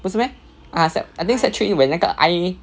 不是 meh ah sec I think sec three when 那个 I